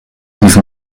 müssen